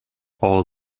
all